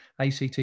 ACT